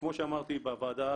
כמו שאמרתי בוועדה,